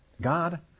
God